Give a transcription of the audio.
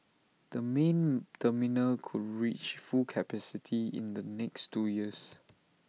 the main terminal could reach full capacity in the next two years